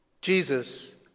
Jesus